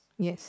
yes